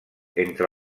entre